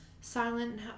Silent